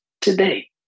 today